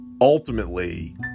ultimately